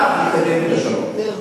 כך נקדם את השלום.